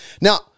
Now